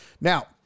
Now